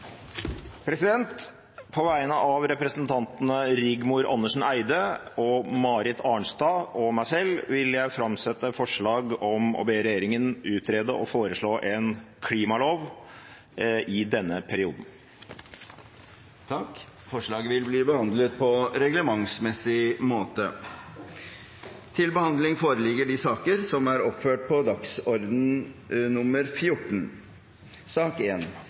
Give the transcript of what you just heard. På vegne av representantene Rigmor Andersen Eide, Marit Arnstad og meg selv vil jeg framsette et forslag om en klimalov. Forslaget vil bli behandlet på reglementsmessig måte. Å legge til rette for at innbyggerne våre kan gjøre gode valg i hverdagen, er en vesentlig oppgave for oss som folkevalgte på